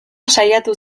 saiatu